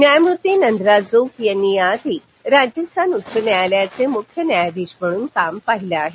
न्यायमूर्ती नांद्राजोग यांनी याआधी राजस्थान उच्च न्यायालयाचे मुख्य न्यायाधीश म्हणून काम पाहिलं आहे